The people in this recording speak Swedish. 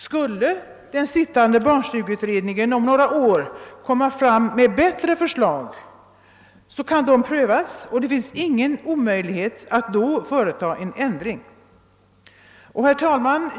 Skulle den sittande barnstugeutredningen om några år komma fram med bättre förslag, så kan de prövas, och det är ju inte omöjligt att då företa ändringar. Herr talman!